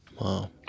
Wow